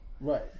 Right